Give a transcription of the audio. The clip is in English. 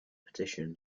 petition